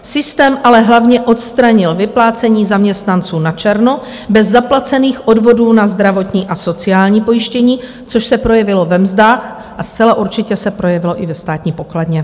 Systém ale hlavně odstranil vyplácení zaměstnanců načerno bez zaplacených odvodů na zdravotní a sociální pojištění, což se projevilo ve mzdách a zcela určitě se projevilo i ve státní pokladně.